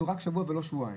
הוא רק שבוע ולא שבועיים